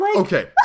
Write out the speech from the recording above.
Okay